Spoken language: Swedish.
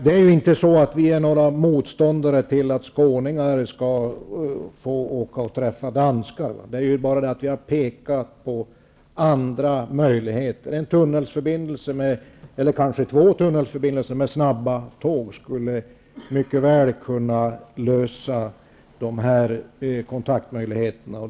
Vi är inte motståndare till att skåningar skall få åka och träffa danskar. Men vi har pekat på andra möjligheter. En eller kanske två tunnelförbindelser med snabba tåg skulle mycket väl kunna lösa kontaktfrågorna.